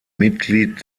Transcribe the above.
mitglied